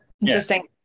Interesting